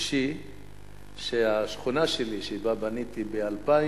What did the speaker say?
אישי שהשכונה שלי, שבה בניתי ב-2000,